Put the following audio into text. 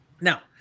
Now